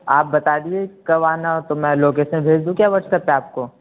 آپ بتا دیجیے کب آنا ہو تو میں لوکیشن بھیج دوں کیا واٹسیپ پہ آپ کو